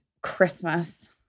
Christmas